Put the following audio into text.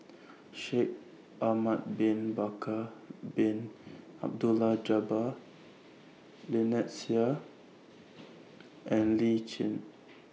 Shaikh Ahmad Bin Bakar Bin Abdullah Jabbar Lynnette Seah and Lee Tjin